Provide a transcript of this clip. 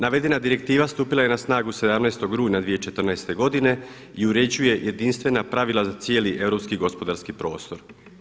Navedena direktiva stupila je na snagu 17. rujna 2014. godine i uređuje jedinstvena pravila za cijeli europski i gospodarski prostor.